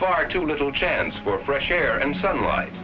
far too little chance for fresh air and sunlight